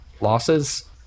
losses